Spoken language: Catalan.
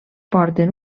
porten